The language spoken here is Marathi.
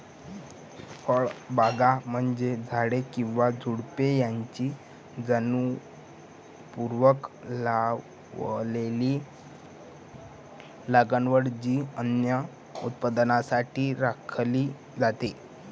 फळबागा म्हणजे झाडे किंवा झुडुपे यांची जाणीवपूर्वक लावलेली लागवड जी अन्न उत्पादनासाठी राखली जाते